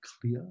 clear